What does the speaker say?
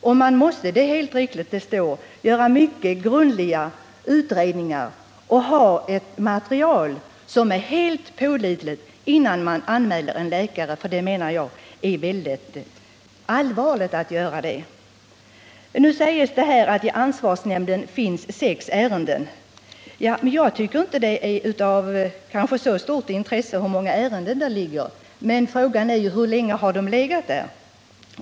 Och man måste — det är helt riktigt — göra mycket grundliga utredningar och ha ett material som är helt korrekt innan man anmäler en läkare, för det är mycket allvarligt att göra det, menar jag. Nu säger statsrådet att det i ansvarsnämnden finns sex ärenden som gäller läkares sjukskrivning av patienter. Jag tycker kanske inte det är av så stort intresse hur många ärenden som ligger där, utan frågan är: Hur länge har de legat där?